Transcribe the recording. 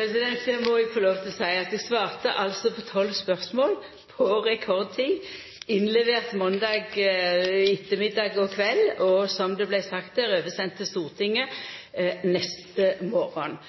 Eg må få lov til å seia at eg svarte på tolv spørsmål på rekordtid, dei vart innleverte måndag ettermiddag/kveld, og, som det vart sagt her, oversende til Stortinget neste